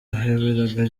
ahaberaga